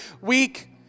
week